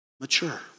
Mature